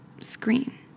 screen